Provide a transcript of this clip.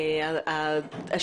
יכול לנהוג כך.